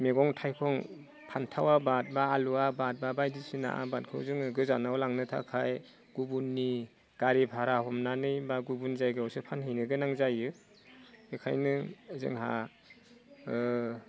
मैगं थाइगं फान्थाव आबाद बा आलु आबाद बा बायदिसिना आबादखौ जोङो गोजानाव लांनो थाखाय गुबुननि गारि भारा हमनानै बा गुबुन जायगायावसो फानहैनो गोनां जायो ओखायनो जोंहा